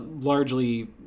largely